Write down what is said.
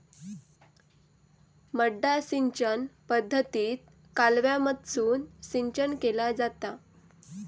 मड्डा सिंचन पद्धतीत कालव्यामधसून सिंचन केला जाता